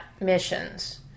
missions